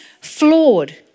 flawed